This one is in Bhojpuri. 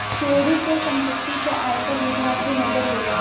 चोरी क सम्पति पे आयकर विभाग के नजर होला